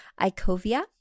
Icovia